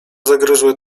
zagryzły